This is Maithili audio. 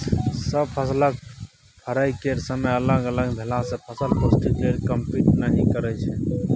सब फसलक फरय केर समय अलग अलग भेलासँ फसल पौष्टिक लेल कंपीट नहि करय छै